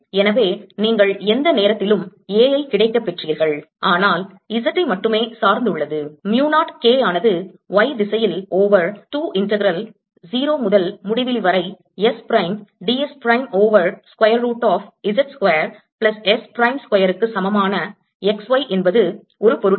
எனவே நீங்கள் எந்த நேரத்திலும் A ஐ கிடைக்கப்பெற்றீர்கள் ஆனால் Z ஐ மட்டுமே சார்ந்துள்ளது mu 0 K ஆனது y திசையில் ஓவர் 2 integral 0 முதல் முடிவிலி வரை S prime d s prime over square root of Z square plus s prime ஸ்கொயருக்கு சமமான xy என்பது ஒரு பொருட்டல்ல